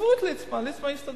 עזבו את ליצמן, ליצמן יסתדר.